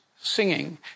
singing